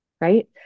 right